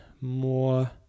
more